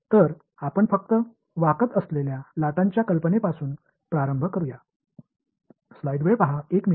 तर आपण फक्त वाकत असलेल्या लाटांच्या कल्पनेपासून प्रारंभ करूया